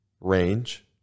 range